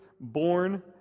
born